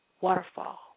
waterfall